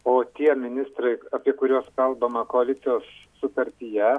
o tie ministrai apie kuriuos kalbama koalicijos sutartyje